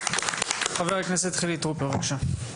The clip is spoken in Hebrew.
חבר הכנסת חילי טרופר, בבקשה.